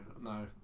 no